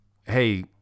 hey